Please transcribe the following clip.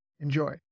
Enjoy